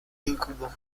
incubo